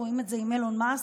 רואים את זה עם אילון מאסק,